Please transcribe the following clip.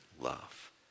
love